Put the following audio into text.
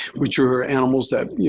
which are animals that, you